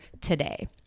today